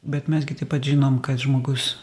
bet mes gi taip pat žinom kad žmogus